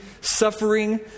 suffering